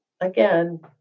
again